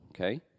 okay